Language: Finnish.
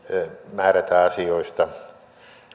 määrätä asioista